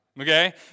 Okay